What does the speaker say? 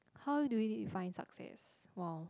how do we define success !wow!